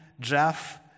Jeff